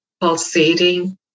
pulsating